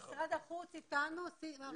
הבנתי שיש בעיה ברישום הילדים בחוץ לארץ של